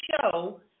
show